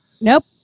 Nope